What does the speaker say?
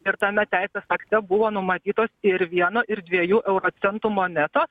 ir tame teisės akte buvo numatytos ir vieno ir dviejų euro centų monetos